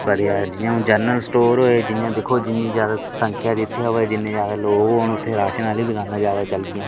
जि'यां हून general store होए जि'यां दिक्खो जिन्नी ज्यादा संख्या जित्थै होऐ जिन्ने ज्यादा लोग होन उत्थै राशन आह्ली दकानां ज्यादा चलदियां